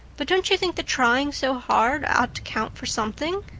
but don't you think the trying so hard ought to count for something?